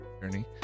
journey